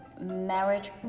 marriage